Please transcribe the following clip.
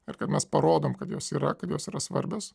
ar kad mes parodom kad jos yra kurios yra svarbios